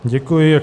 Děkuji.